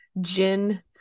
gin